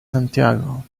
santiago